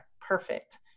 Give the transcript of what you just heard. Perfect